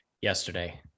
yesterday